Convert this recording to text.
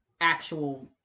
actual